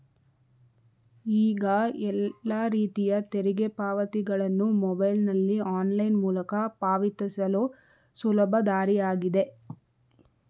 ಈಗ ಎಲ್ಲ ರೀತಿಯ ತೆರಿಗೆ ಪಾವತಿಗಳನ್ನು ಮೊಬೈಲ್ನಲ್ಲಿ ಆನ್ಲೈನ್ ಮೂಲಕ ಪಾವತಿಸಲು ಸುಲಭ ದಾರಿಯಾಗಿದೆ